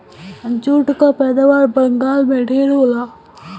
jute कअ पैदावार बंगाल में ढेर होला